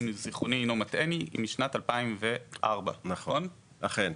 אם זיכרוני אינו מטעני, היא משנת 2004. אכן.